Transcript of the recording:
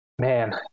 Man